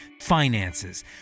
finances